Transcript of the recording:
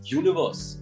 universe